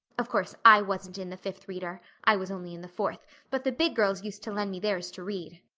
of course, i wasn't in the fifth reader i was only in the fourth but the big girls used to lend me theirs to read.